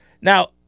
Now